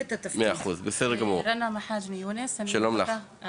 רנאא מחאג׳נה יונס, אני